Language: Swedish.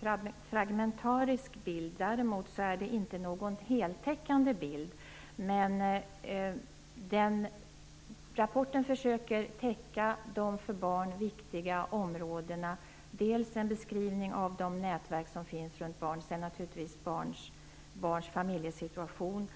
ger en fragmentarisk bild. Däremot ger den inte någon heltäckande bild. Men i rapporten försöker man täcka de för barn viktiga områdena. Dels görs en beskrivning av de nätverk som finns runt barn, dels av barns familjesituation.